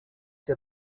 der